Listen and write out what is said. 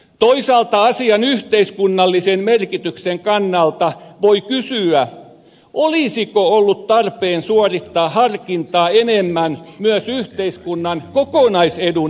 toisaalta asian yhteiskunnallisen merkityksen kannalta voi kysyä olisiko ollut tarpeen suorittaa harkintaa enemmän myös yhteiskunnan kokonaisedun näkökulmasta